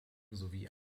sowie